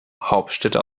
hauptstädte